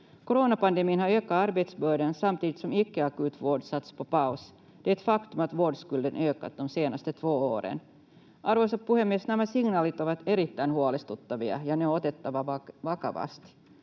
Coronapandemin har ökat arbetsbördan samtidigt som icke-akut vård satts på paus. Det är ett faktum att vårdskulden ökat de senaste två åren. Arvoisa puhemies! Nämä signaalit ovat erittäin huolestuttavia, ja ne on otettava vakavasti.